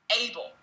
able